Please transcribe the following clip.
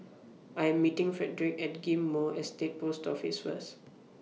I Am meeting Fredrick At Ghim Moh Estate Post Office First